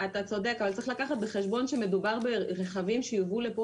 אתה צודק אבל צריך לקחת בחשבון שמדובר ברכבים שיובאו לפה